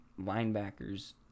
linebackers